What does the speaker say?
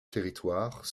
territoire